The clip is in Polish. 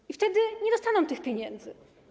I wtedy nie dostaną tych pieniędzy.